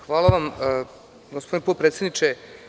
Hvala vam, gospodine potpredsedniče.